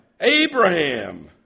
Abraham